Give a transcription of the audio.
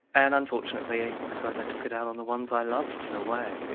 and unfortunately i suppose i took it out on the ones i loved in a way.